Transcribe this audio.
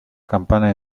campana